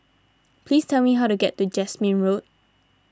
please tell me how to get to Jasmine Road